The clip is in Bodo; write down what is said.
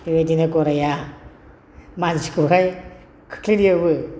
बेबायदिनो गराइआ मानसिखौहाय खोख्लैयोबो